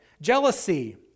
Jealousy